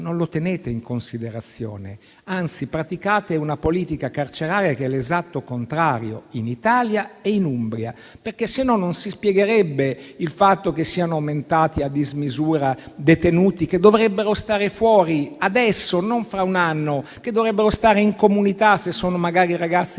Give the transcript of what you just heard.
non lo tenete in considerazione; anzi, praticate una politica carceraria che è l'esatto contrario, in Italia e in Umbria. Diversamente, non si spiegherebbe il fatto che siano aumentati a dismisura i detenuti che dovrebbero stare fuori adesso e non fra un anno o che dovrebbero stare in comunità, se magari sono ragazzi